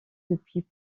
depuis